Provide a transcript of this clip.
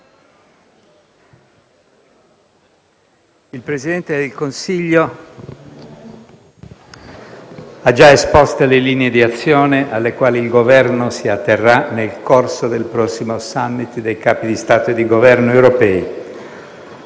il Presidente del Consiglio ha già esposte le linee di azione alle quali il Governo si atterrà nel corso del prossimo *summit* dei Capi di Stato e di Governo europei.